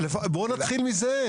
לפחות בוא נתחיל מזה.